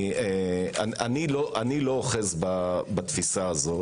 אני לא אוחז בתפיסה הזו,